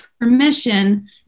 permission